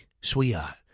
sweetheart